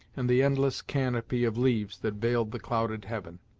and the endless canopy of leaves that veiled the clouded heaven.